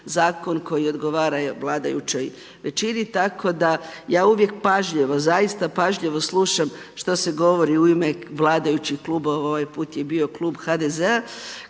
koji odgovara vladajućoj većini. Tako da ja uvijek pažljivo, zaista pažljivo slušam što se govori u ime vladajućih klubova, ovaj put je bio klub HDZ-a